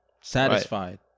satisfied